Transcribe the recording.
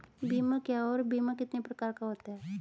बीमा क्या है और बीमा कितने प्रकार का होता है?